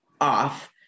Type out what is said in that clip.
off